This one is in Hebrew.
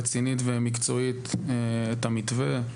רצינית ומקצועית את המתווה,